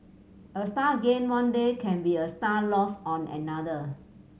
a star gained one day can be a star lost on another